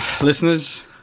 listeners